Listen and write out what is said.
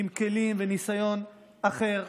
עם כלים וניסיון אחר,